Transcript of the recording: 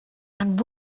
and